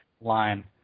line